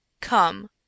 Come